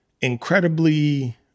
incredibly